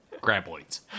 Graboids